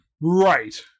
Right